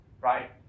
right